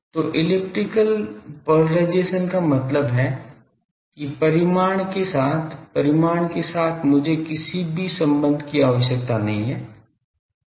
तो elliptical polarization का मतलब है कि परिमाण के साथ परिमाण के साथ मुझे किसी भी संबंध की आवश्यकता नहीं है